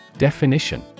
Definition